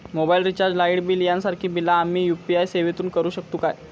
Mobile recharge, light bill यांसारखी बिला आम्ही यू.पी.आय सेवेतून करू शकतू काय?